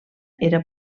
era